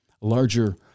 larger